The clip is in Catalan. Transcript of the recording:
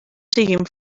siguin